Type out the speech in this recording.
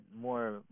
more